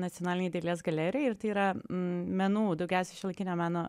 nacionalinėj dailės galerijoj ir tai yra menų daugiausiai šiuolaikinio meno